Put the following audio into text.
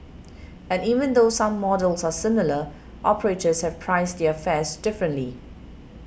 and even though some models are similar operators have priced their fares differently